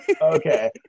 okay